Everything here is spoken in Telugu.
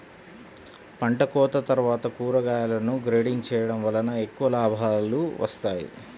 పంటకోత తర్వాత కూరగాయలను గ్రేడింగ్ చేయడం వలన ఎక్కువ లాభాలు వస్తాయి